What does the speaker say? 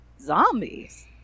Zombies